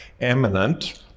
eminent